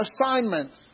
assignments